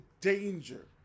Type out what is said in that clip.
danger